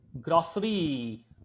grocery